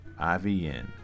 IVN